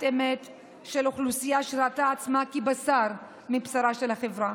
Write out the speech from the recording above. אמת של אוכלוסייה שראתה עצמה כבשר מבשרה של החברה".